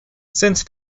since